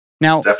Now